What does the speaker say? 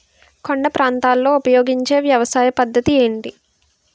కొండ ప్రాంతాల్లో ఉపయోగించే వ్యవసాయ పద్ధతి ఏంటి?